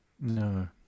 No